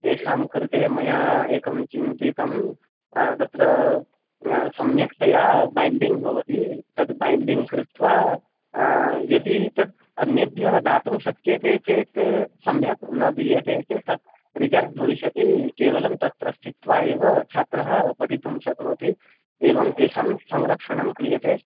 तेषां कृते मया एकं चिन्तितं तत्र सम्यक्तया बैण्डिङ्ग् भवति तद् बैण्डिङ्ग् कृत्वा यदि तत् अन्येभ्यः दातुं शक्यते चेत् सम्यक् न दीयते चेत् तत् रिजर्व् भविष्यति केवलं तत्र स्थित्वा एव छात्रः पठितुं शक्नोति एवं तेषां संरक्षणं क्रियते